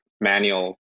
manual